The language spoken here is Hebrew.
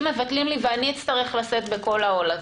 מבטלים לי ואני אצטרך לשאת בכל העול הזה.